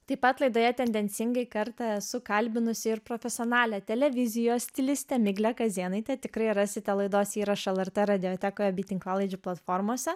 taip pat laidoje tendencingai kartą esu kalbinusi ir profesionalią televizijos stilistę miglę kazėnaitę tikrai rasite laidos įrašą lrt radiotekoje bei tinklalaidžių platformose